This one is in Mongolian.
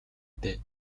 дээ